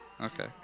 Okay